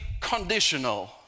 conditional